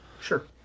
Sure